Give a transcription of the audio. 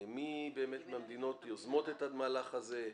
מי באמת מהמדינות יוזמות את המהלך הזה,